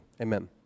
Amen